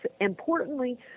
importantly